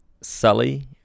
Sully